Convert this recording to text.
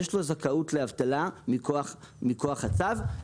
יש לו זכאות לאבטלה מכוח הצו.